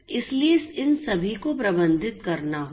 इसलिए इन सभी को प्रबंधित करना होगा